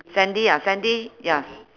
sandy ah sandy ya